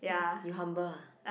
you humble ah